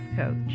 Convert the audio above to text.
coach